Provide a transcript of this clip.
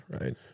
right